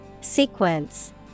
Sequence